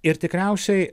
ir tikriausiai